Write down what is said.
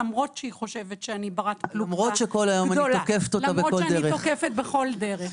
למרות שהיא חושבת שאני ברת פלוגתא גדולה ולמרות שאני תוקפת בכל דרך,